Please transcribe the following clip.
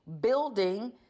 building